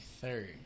third